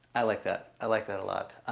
i like that. i like that a lot.